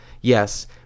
yes